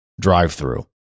drive-through